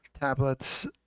tablets